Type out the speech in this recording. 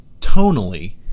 tonally